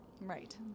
Right